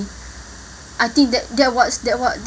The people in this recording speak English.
I think that that what's that what